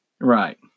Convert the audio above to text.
Right